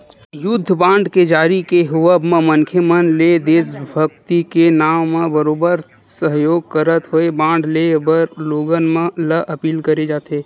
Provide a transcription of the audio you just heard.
युद्ध बांड के जारी के होवब म मनखे मन ले देसभक्ति के नांव म बरोबर सहयोग करत होय बांड लेय बर लोगन ल अपील करे जाथे